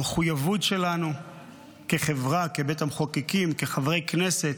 המחויבות שלנו כחברה, כבית המחוקקים, כחברי הכנסת,